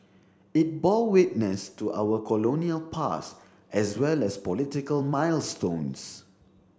it bore witness to our colonial past as well as political milestones